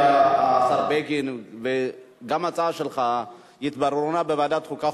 אני חושב שגם ההצעה של השר בגין וגם ההצעה שלך תתבררנה בוועדת החוקה,